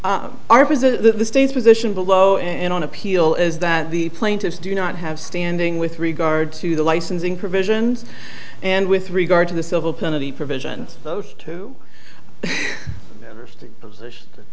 prison the state's position below and on appeal is that the plaintiffs do not have standing with regard to the licensing provisions and with regard to the civil penalty provisions those two